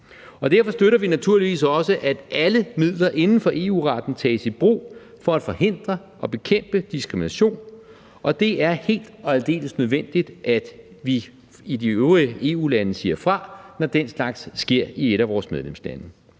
Derfor støtter vi naturligvis også, at alle midler inden for EU-retten tages i brug for at forhindre og bekæmpe diskrimination. Det er helt og aldeles nødvendigt, at vi i de øvrige EU-lande siger fra, når den slags sker i et af vores medlemslande.